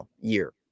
year